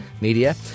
media